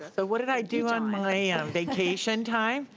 so, what did i do on my um vacation time.